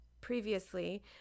previously –